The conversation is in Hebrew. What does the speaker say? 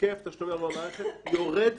היקף תשלומי ההורים במערכת יורד